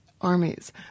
armies